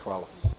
Hvala.